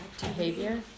Behavior